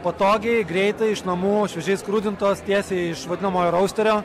patogiai greitai iš namų šviežiai skrudintos tiesiai iš vadinamojo rausterio